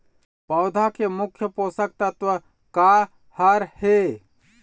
पौधा के मुख्य पोषकतत्व का हर हे?